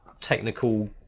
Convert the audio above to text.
technical